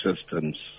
systems